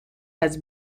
has